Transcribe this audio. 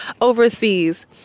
overseas